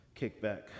kickback